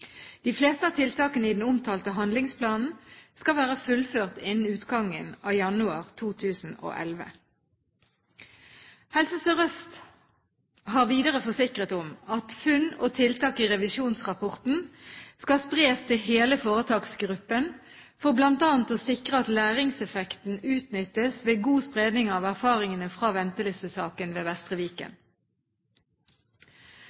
De fleste av tiltakene i den omtalte handlingsplanen skal være fullført innen utgangen av januar 2011. Helse Sør-Øst har videre forsikret om at funn og tiltak i revisjonsrapporten skal spres til hele foretaksgruppen for bl.a. å sikre at læringseffekten utnyttes ved god spredning av erfaringene fra ventelistesaken ved Vestre Viken.